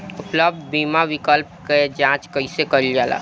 उपलब्ध बीमा विकल्प क जांच कैसे कइल जाला?